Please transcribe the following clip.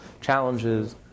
challenges